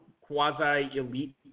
quasi-elite